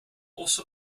also